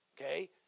Okay